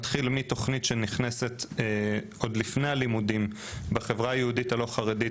מתחיל מתכונית שנכנסת עוד לפני הלימודים בחברה היהודית הלא חרדית,